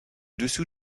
dessous